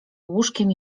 łóżkiem